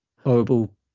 horrible